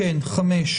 פסקה (5).